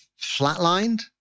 flatlined